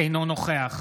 אינו נוכח